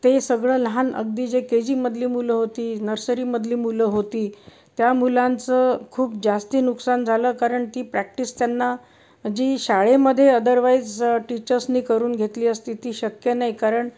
ते सगळं लहान अगदी जे के जीमधली मुलं होती नर्सरीमधली मुलं होती त्या मुलांचं खूप जास्त नुकसान झालं कारण ती प्रॅक्टिस त्यांना जी शाळेमध्ये अदरवाईज टीचर्सनी करून घेतली असती ती शक्य नाही कारण